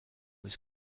was